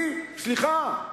סליחה,